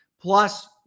plus